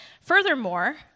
Furthermore